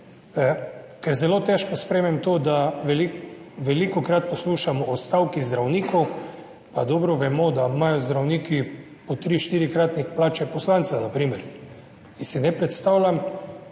Ker zelo težko sprejmem to, da velikokrat poslušamo o stavki zdravnikov, pa dobro vemo, da imajo zdravniki po tri-, štirikratnik plače poslancev, na primer. In si ne predstavljam,